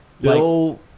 Bill